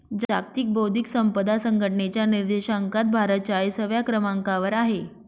जागतिक बौद्धिक संपदा संघटनेच्या निर्देशांकात भारत चाळीसव्या क्रमांकावर आहे